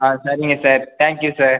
ஆ சரிங்க sir thank you sir